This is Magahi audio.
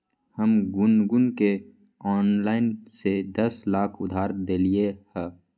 हम गुनगुण के ऑनलाइन से दस लाख उधार देलिअई ह